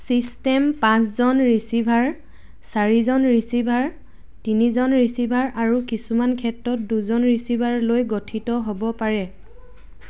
system পাঁচজন receiver চাৰিজন receiver তিনিজন ৰিচিভাৰ আৰু কিছুমান ক্ষেত্ৰত দুজন ৰিচিভাৰ লৈ গঠিত হ'ব পাৰে